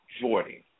Jordan